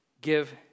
give